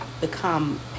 become